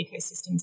ecosystems